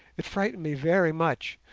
it frightened me very much,